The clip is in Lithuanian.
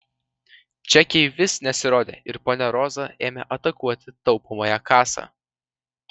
čekiai vis nesirodė ir ponia roza ėmė atakuoti taupomąją kasą